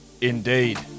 indeed